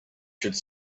should